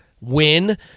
win